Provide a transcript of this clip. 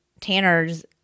Tanner's